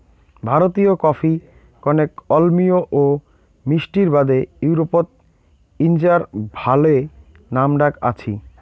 ভারতীয় কফি কণেক অম্লীয় ও মিষ্টির বাদে ইউরোপত ইঞার ভালে নামডাক আছি